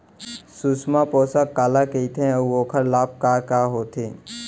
सुषमा पोसक काला कइथे अऊ ओखर लाभ का का होथे?